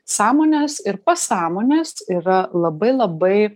sąmonės ir pasąmonės yra labai labai